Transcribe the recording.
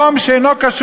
חברים,